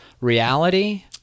reality